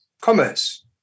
commerce